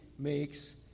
makes